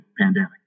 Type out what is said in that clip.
pandemic